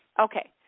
Okay